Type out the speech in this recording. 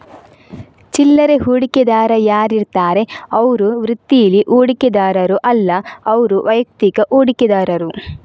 ಚಿಲ್ಲರೆ ಹೂಡಿಕೆದಾರ ಯಾರಿರ್ತಾರೆ ಅವ್ರು ವೃತ್ತೀಲಿ ಹೂಡಿಕೆದಾರರು ಅಲ್ಲ ಅವ್ರು ವೈಯಕ್ತಿಕ ಹೂಡಿಕೆದಾರರು